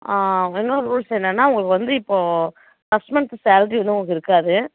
இன்னோரு ரூல்ஸ் என்னான்னா உங்களுக்கு வந்து இப்போ ஃபர்ஸ்ட் மந்த்து சாள்ரி வந்து இருக்காது